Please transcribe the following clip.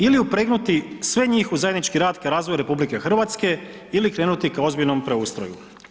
Ili upregnuti sve njih u zajednički rad ka razvoju RH ili krenuti ka ozbiljnom preustroju.